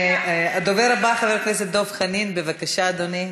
הדובר הבא, חבר הכנסת דב חנין, בבקשה, אדוני.